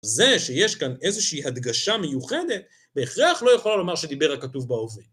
זה שיש כאן איזושהי הדגשה מיוחדת, בהכרח לא יכולה לומר שדיבר הכתוב בהווה